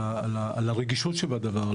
על הרגישות שבדבר,